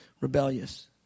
rebellious